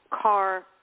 car